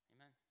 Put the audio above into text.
Amen